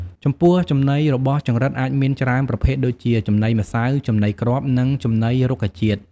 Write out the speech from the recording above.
ចំពោះចំណីរបស់ចង្រិតអាចមានច្រើនប្រភេទដូចជា ចំណីម្សៅ ចំណីគ្រាប់ និងចំណីរុក្ខជាតិ។